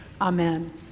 Amen